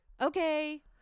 okay